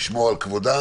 לשמור על כבודם